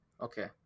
Okay